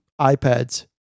iPads